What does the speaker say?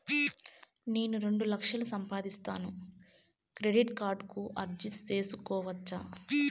నేను రెండు లక్షలు సంపాదిస్తాను, క్రెడిట్ కార్డుకు అర్జీ సేసుకోవచ్చా?